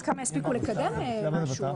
נצביע לפי המלצת הלשכה המשפטית.